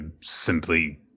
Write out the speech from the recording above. simply